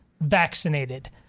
vaccinated